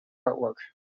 artwork